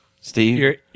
Steve